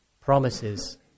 promises